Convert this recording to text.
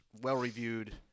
well-reviewed